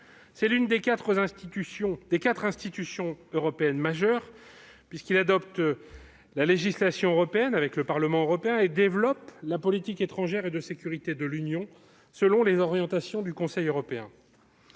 de l'une des quatre institutions européennes majeures, puisqu'elle adopte la législation européenne avec le Parlement européen et développe la politique étrangère et de sécurité de l'Union, selon les orientations du Conseil européen.